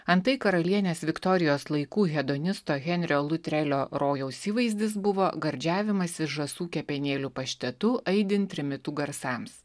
antai karalienės viktorijos laikų hedonisto henrio lutrelio rojaus įvaizdis buvo gardžiavimasis žąsų kepenėlių paštetu aidint trimitų garsams